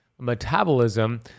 metabolism